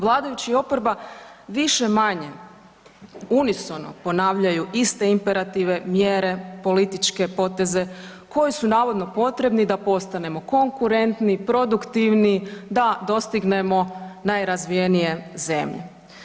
Vladajući i oporba više-manje unisono ponavljaju iste imperative, mjere, političke poteze koji su navodno potrebni da postanemo konkurentni, produktivni, da dostignemo najrazvijenije zemlje.